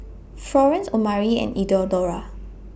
Florence Omari and Eleonora